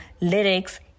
lyrics